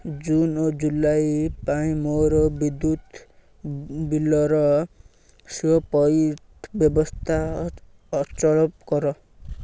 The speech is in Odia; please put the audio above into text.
ଜୁନ୍ ଓ ଜୁଲାଇ ପାଇଁ ମୋର ବିଦ୍ୟୁତ୍ ବିଲର ସ୍ଵୟଂପଇଠ ବ୍ୟବସ୍ଥା ଅଚଳ କର